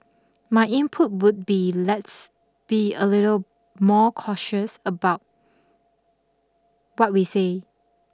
my input would be let's be a little more cautious about what we say